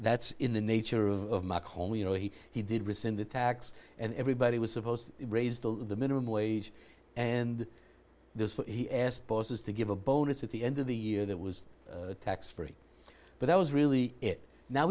that's in the nature of my home you know he he did rescind the tax and everybody was supposed to raise the minimum wage and this he asked bosses to give a bonus at the end of the year that was tax free but that was really it now